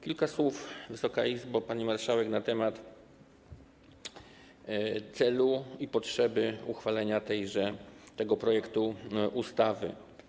Kilka słów, Wysoka Izbo, pani marszałek, na temat celu i potrzeby uchwalenia tego projektu ustawy.